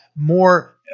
more